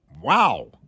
Wow